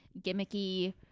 gimmicky